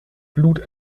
blut